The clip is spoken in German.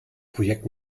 projekt